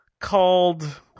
called